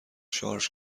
شارژ